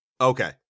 Okay